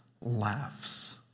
laughs